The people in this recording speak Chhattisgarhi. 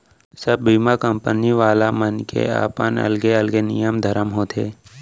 सब बीमा कंपनी वाले मन के अपन अलगे अलगे नियम धरम होथे